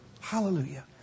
Hallelujah